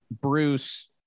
Bruce